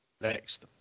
Next